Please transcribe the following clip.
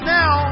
now